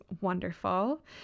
wonderful